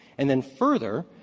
and then further,